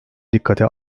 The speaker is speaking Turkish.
dikkate